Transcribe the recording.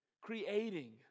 creating